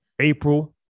April